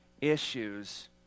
issues